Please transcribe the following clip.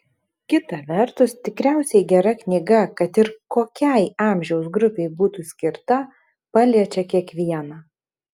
kita vertus tikriausiai gera knyga kad ir kokiai amžiaus grupei būtų skirta paliečia kiekvieną